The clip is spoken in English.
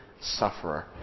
sufferer